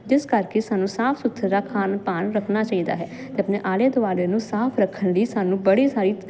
ਜਿਸ ਕਰਕੇ ਸਾਨੂੰ ਸਾਫ ਸੁਥਰਾ ਖਾਣ ਪਾਣ ਰੱਖਣਾ ਚਾਹੀਦਾ ਹੈ ਤੇ ਆਪਣੇ ਆਲੇ ਦੁਆਲੇ ਨੂੰ ਸਾਫ ਰੱਖਣ ਲਈ ਸਾਨੂੰ ਬੜੀ ਸਾਰੀ